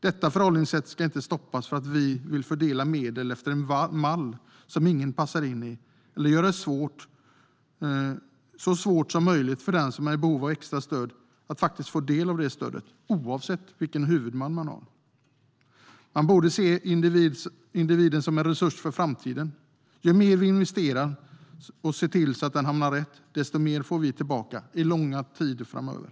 Detta förhållningssätt ska inte stoppas för att vi vill fördela medel efter en mall som ingen passar in i eller göra det så svårt som möjligt för den som är i behov av extra stöd att faktiskt få del av det stödet, oavsett vilken huvudman man har. Vi borde se individen som en resurs för framtiden. Ju mer vi investerar i eleven och ser till att denne hamnar rätt, desto mer får vi tillbaka för lång tid framöver.